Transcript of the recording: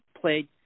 played